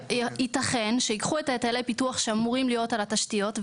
ייתכן שייקחו את היטלי הפיתוח שאמורים להיות על התשתיות,